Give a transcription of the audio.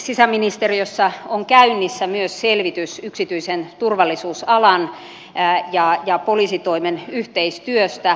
sisäministeriössä on käynnissä myös selvitys yksityisen turvallisuusalan ja poliisitoimen yhteistyöstä